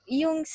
yung